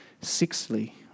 Sixthly